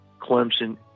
Clemson